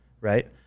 right